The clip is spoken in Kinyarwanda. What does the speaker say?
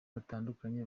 batandukanye